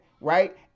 right